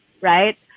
right